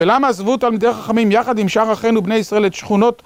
ולמה עזבו תלמידי חכמים יחד עם שאר אחינו בני ישראל את שכונות...